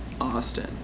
Austin